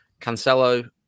Cancelo